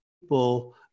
people